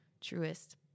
truest